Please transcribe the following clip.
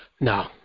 No